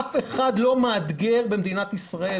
אף אחד לא מאתגר במדינת ישראל,